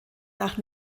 nach